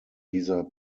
dieser